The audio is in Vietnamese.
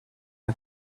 nhà